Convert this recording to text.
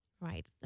Right